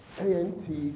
ANT